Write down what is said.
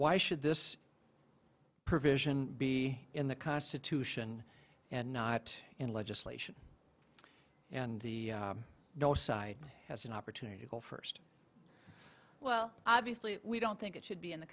why should this provision be in the constitution and not in legislation and the dorsai has an opportunity to go first well obviously we don't think it should be in the